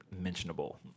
mentionable